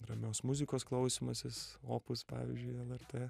ramios muzikos klausymasis opus pavyzdžiui lrt